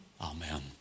Amen